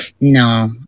No